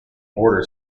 order